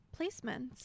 placements